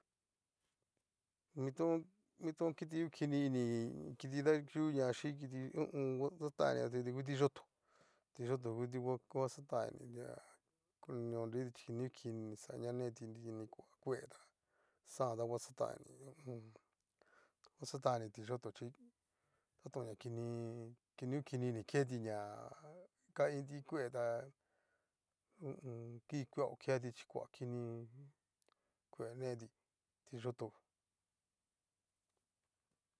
Mitón kiti ngu kini ini kiti dayuñaxhí, kiti ho o on. ngua xatanini ngu ti'yoto, ti'yoto ngu kiti va xatánini kini ngukini ini xa ña neti kua kueta xajan ta va xatan ini, huaxatanini ti'yoto chí tatón ña kini. kini ngu kini iniketi ña, kaiinti kue ta ho o on. kikueo keti chi kua kini kue neti ti'yotojan.